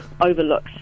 overlooks